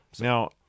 now